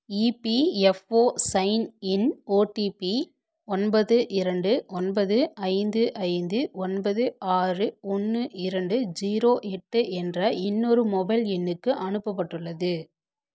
EPFO sign in OTP ஒன்பது இரண்டு ஒன்பது ஐந்து ஐந்து ஒன்பது ஆறு ஒன்று இரண்டு ஜீரோ எட்டு என்ற இன்னொரு மொபைல் எண்ணுக்கு அனுப்பப்பட்டுள்ளது